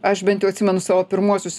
aš bent jau atsimenu savo pirmuosius